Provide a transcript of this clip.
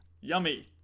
yummy